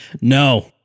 No